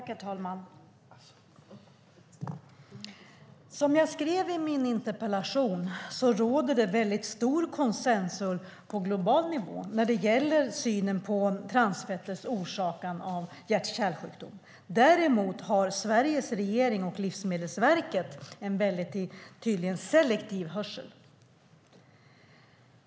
Herr talman! Som jag skrev i min interpellation råder det stor konsensus på global nivå när det gäller synen att transfetter förorsakar hjärt-kärlsjukdom. Däremot har Sveriges regering och Livsmedelsverket tydligen selektiv hörsel.